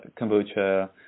kombucha